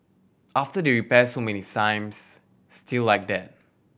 after they repair so many times still like that